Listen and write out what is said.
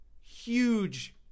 huge